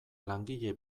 langile